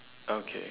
okay